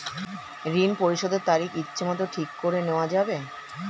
ঋণ পরিশোধের তারিখ ইচ্ছামত ঠিক করে নেওয়া যাবে?